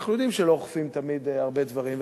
אנחנו יודעים שלא אוכפים תמיד הרבה דברים.